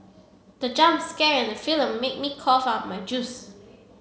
the jump scare in the film made me cough out my juice